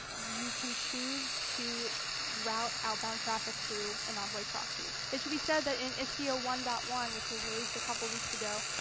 you can choose to route outbound traffic through an envoy proxy. it should be said that in istio one point one, which was released a couple of weeks ago,